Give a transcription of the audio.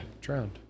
Drowned